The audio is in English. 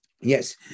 Yes